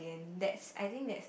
and that's I think that's